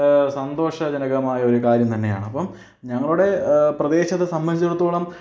സന്തോഷ ജനകമായ ഒരു കാര്യം തന്നെയാണ് അപ്പം ഞങ്ങളുടെ പ്രദേശത്ത് സംബന്ധിച്ചിടത്തോളം